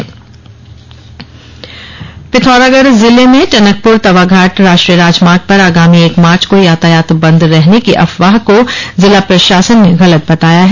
भ्रामक सचना पिथौरागढ़ जिले में टनकपुर तवाघाट राष्ट्रीय राजमार्ग पर आगामी एक मार्च को यातायात बंद रहने की अफवाह को जिला प्रशासन ने गलत बताया है